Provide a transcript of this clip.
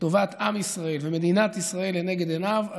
שטובת עם ישראל ומדינת ישראל לנגד עיניו,